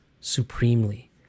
supremely